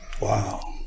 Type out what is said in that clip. Wow